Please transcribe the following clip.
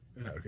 Okay